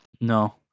No